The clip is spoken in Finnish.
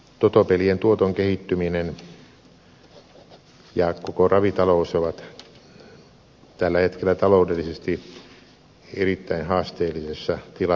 totopelien tuoton kehittyminen ja koko ravitalous ovat tällä hetkellä taloudellisesti erittäin haasteellisessa tilanteessa